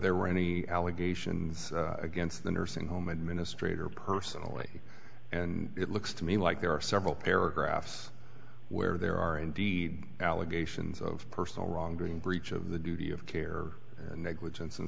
there were any allegations against the nursing home administrator personally and it looks to me like there are several paragraphs where there are indeed allegations of personal wrongdoing breach of the duty of care and negligence and